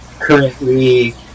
currently